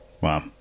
wow